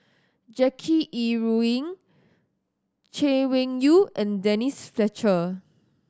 Jackie Yi Ru Ying Chay Weng Yew and Denise Fletcher